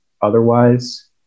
otherwise